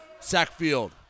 Sackfield